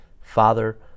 Father